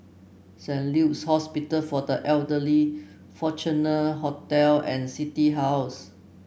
Saint Luke's Hospital for the Elderly Fortuna Hotel and City House